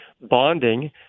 bonding